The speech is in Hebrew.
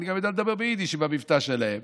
אני גם יודע לדבר ביידיש עם המבטא שלהם.